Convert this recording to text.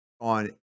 on